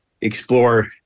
explore